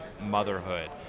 motherhood